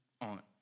on